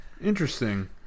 Interesting